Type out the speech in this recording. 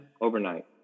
Overnight